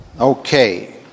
okay